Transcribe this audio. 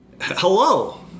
Hello